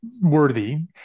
worthy